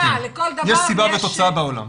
יש סיבה ותוצאה בעולם.